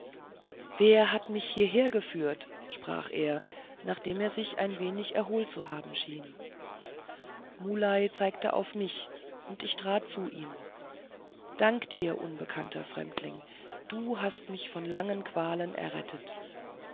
wer hat mich hieher geführt sprach er nachdem er sich ein wenig erholt zu haben schien muley zeigte auf mich und ich trat zu ihm dank dir unbekannter fremdling du hast mich von langen qualen errettet